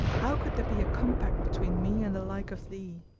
how could there be a compact between me and the like of thee?